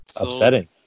upsetting